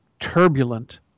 turbulent